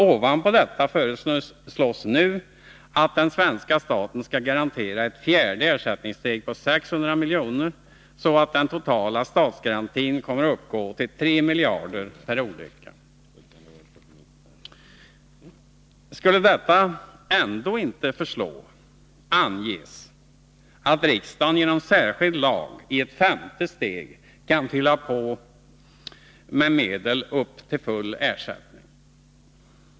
Ovanpå detta föreslås nu att den svenska staten skall garantera ett fjärde ersättningssteg på 600 milj.kr., så att den totala statsgarantin kommer att uppgå till 3 miljarder per olycka. Skulle detta ändå inte förslå, anges det att riksdagen genom en särskild lag i ett femte steg kan fylla på med medel upp till full ersättning.